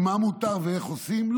מה מותר ואיך עושים?